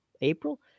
April